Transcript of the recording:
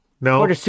No